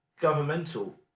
Governmental